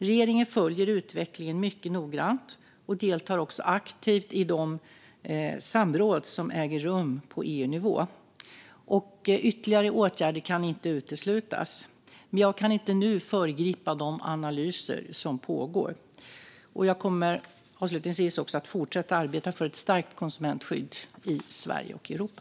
Regeringen följer utvecklingen mycket noggrant och deltar också aktivt i de samråd som äger rum på EU-nivå. Ytterligare åtgärder kan inte uteslutas, men jag kan inte nu föregripa de analyser som pågår. Jag kommer, avslutningsvis, att fortsätta arbeta för ett starkt konsumentskydd i Sverige och i Europa.